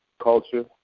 culture